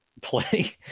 play